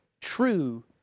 true